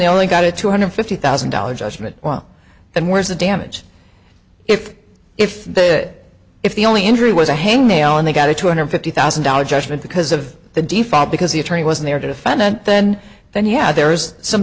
they only got a two hundred fifty thousand dollars judgment well then where's the damage if if that if the only injury was a hangnail and they got a two hundred fifty thousand dollars judgment because of the default because the attorney wasn't there defendant then then yeah there's some